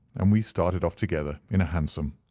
and we started off together in a hansom.